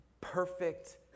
perfect